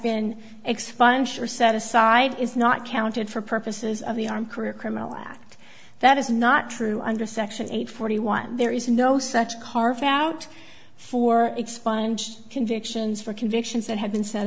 been expunged or set aside is not counted for purposes of the armed career criminal act that is not true under section eight forty one there is no such car found out for expunged convictions for convictions that have been set